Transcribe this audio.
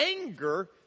anger